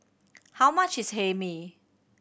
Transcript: how much is Hae Mee